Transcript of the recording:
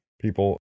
people